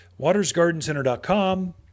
watersgardencenter.com